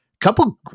couple